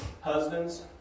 Husbands